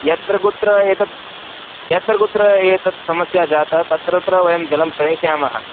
यत्र कुत्र एतत् यत्र कुत्र एतत् समस्या जाता तत्र तत्र वयं जलं प्रेषयामः